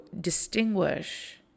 distinguish